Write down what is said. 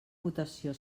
votació